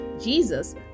Jesus